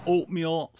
Oatmeal